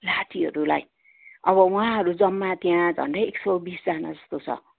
लाटीहरूलाई अब उहाँहरू जम्मा त्यहाँ झन्डै एक सय बिसजना जस्तो छ